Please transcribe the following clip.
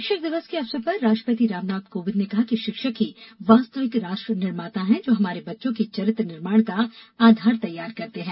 शिक्षक दिवस के अवसर पर राष्ट्रपति रामनाथ कोविंद ने कहा कि शिक्षक ही वास्तविक राष्ट्र निर्माता हैं जो हमारे बच्चों के चरित्र निर्माण का आधार तैयार करते हैं